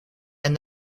and